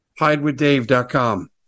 Hidewithdave.com